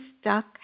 stuck